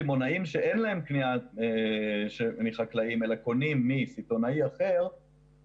בקמעונאים שאין להם קנייה מחקלאים אלא קונים מסיטונאי אחר,